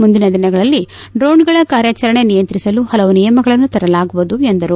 ಮುಂದಿನ ದಿನಗಳಲ್ಲಿ ಡ್ರೋಣ್ಗಳ ಕಾರ್್ಯಾಚರಣೆ ನಿಯಂತ್ರಿಸಲು ಹಲವು ನಿಯಮಗಳನ್ನು ತರಲಾಗುವುದು ಎಂದರು